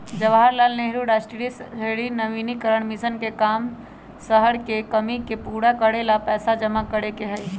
जवाहर लाल नेहरू राष्ट्रीय शहरी नवीकरण मिशन के काम शहर के कमी के पूरा करे ला पैसा जमा करे के हई